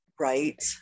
Right